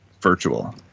virtual